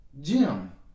Jim